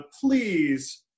please